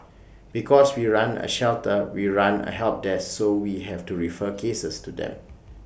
because we run A shelter we run A help desk so we have to refer cases to them